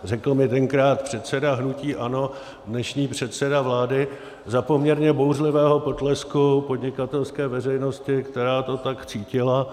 Řekl mi tenkrát předseda hnutí ANO, dnešní předseda vlády, za poměrně bouřlivého potlesku podnikatelské veřejnosti, která to tak cítila.